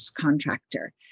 contractor